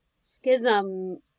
schism